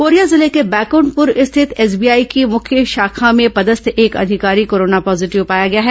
Korea जिले के Baikunthpur स्थित एसबीआई की मुख्य शाखा में पदस्थ एक अधिकारी कोरोना पॉजीटिव पाया गया है